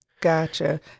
Gotcha